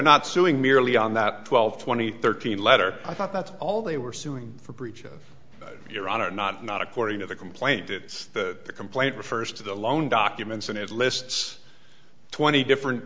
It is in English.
not suing merely on that twelve twenty thirteen letter i thought that's all they were suing for breach of your honor not not according to the complaint did the complaint refers to the loan documents and it lists twenty different